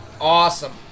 awesome